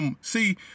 See